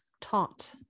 taught